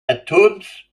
atoms